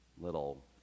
little